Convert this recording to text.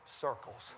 circles